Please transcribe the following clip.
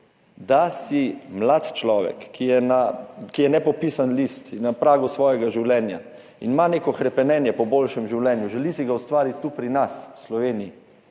da si mlad človek, ki je nepopisan list in na pragu svojega življenja in ima neko hrepenenje po boljšem življenju, želi si ga ustvariti tu pri nas, v Sloveniji,